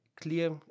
clear